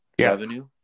revenue